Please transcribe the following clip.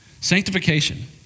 Sanctification